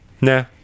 Nah